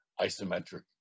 Isometric